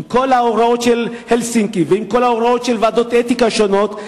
עם כל ההוראות של הלסינקי ושל ועדות אתיקה שונות,